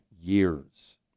years